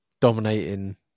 dominating